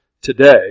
today